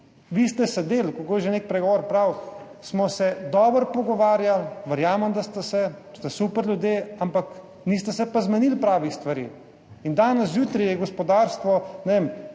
Vi ste sedeli, kako že nek pregovor pravi, smo se dobro pogovarjali, verjamem, da ste se, ste super ljudje, ampak niste se pa zmenili pravih stvari. Danes zjutraj je gospodarstvo dalo